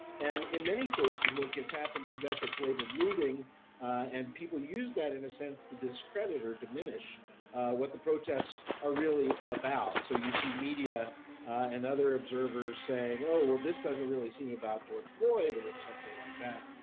and in many cases what gets happened is that gets labeled looting and people use that in a sense to discredit or diminish what the protests are really about, so you see media and other observers saying, oh well, this doesn't really seem about george floyd, or something like that.